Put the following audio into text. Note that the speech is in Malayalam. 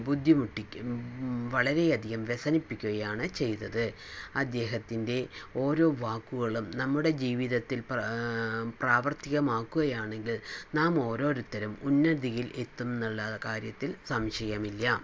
ബുദ്ധിമുട്ടിക്കും വളരെയധികം വ്യസനിപ്പിക്കുകയാണ് ചെയ്തത് അദ്ദേഹത്തിൻ്റെ ഓരോ വാക്കുകളും നമ്മുടെ ജീവിതത്തിൽ പ്രവർത്തികമാക്കുകയാണെങ്കിൽ നാമോരോരുത്തരും ഉന്നതിയിൽ എത്തുമെന്നുള്ള കാര്യത്തിൽ സംശയമില്ല